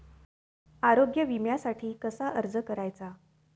आरोग्य विम्यासाठी कसा अर्ज करायचा?